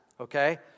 Okay